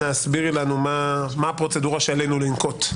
בבקשה אנא הסבירי לנו מה הפרוצדורה שעלינו לנקוט.